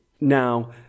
Now